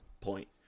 point